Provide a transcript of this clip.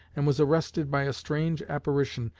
and was arrested by a strange apparition,